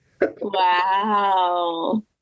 Wow